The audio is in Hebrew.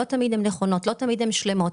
לא תמיד הן שלמות,